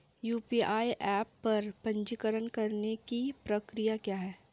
UPI app पर पंजीकरण करने की प्रक्रिया क्या है?